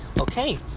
Okay